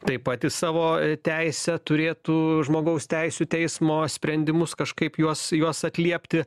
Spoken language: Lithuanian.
taip pat į savo teisę turėtų žmogaus teisių teismo sprendimus kažkaip juos juos atliepti